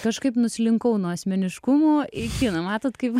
kažkaip nuslinkau nuo asmeniškumo į kiną matot kaip